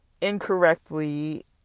incorrectly